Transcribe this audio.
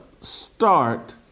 start